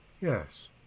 yes